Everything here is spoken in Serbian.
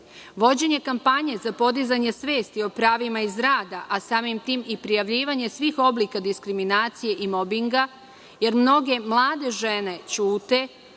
vođenje kampanje za podizanje svesti o pravima iz rada, a samim tim i prijavljivanje svih oblika diskriminacije i mobinga jer mnoge mlade žene ćute